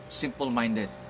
simple-minded